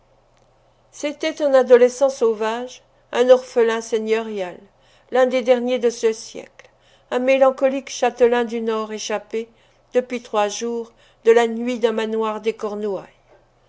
c'était un adolescent sauvage un orphelin seigneurial l'un des derniers de ce siècle un mélancolique châtelain du nord échappé depuis trois jours de la nuit d'un manoir des cornouailles